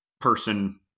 person